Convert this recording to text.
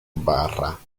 barra